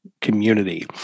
community